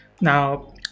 Now